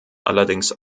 allerdings